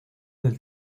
del